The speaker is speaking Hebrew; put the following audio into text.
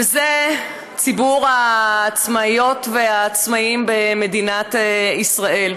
וזה ציבור העצמאיות והעצמאים במדינת ישראל.